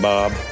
Bob